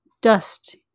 dust